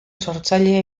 sortzailea